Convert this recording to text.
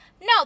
No